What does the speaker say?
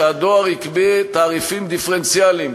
שהדואר יגבה תעריפים דיפרנציאליים,